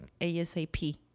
ASAP